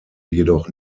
jedoch